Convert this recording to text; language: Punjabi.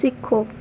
ਸਿੱਖੋ